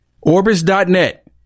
Orbis.net